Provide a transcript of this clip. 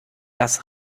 das